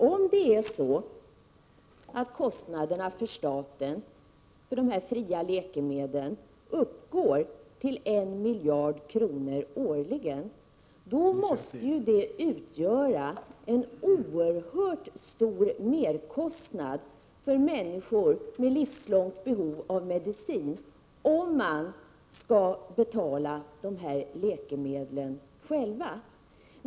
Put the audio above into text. Om det är så att statens kostnader för dessa fria läkemedel uppgår till 1 miljard kronor årligen, måste det ju utgöra en oerhört stor merkostnad för människor med livslångt behov av medicin om de själva skall betala sina läkemedel.